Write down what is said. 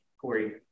Corey